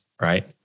right